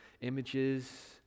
images